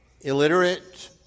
illiterate